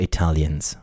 Italians